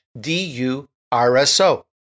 d-u-r-s-o